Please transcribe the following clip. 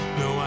no